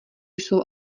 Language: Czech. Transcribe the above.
jsou